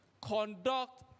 conduct